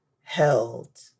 held